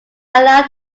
allowed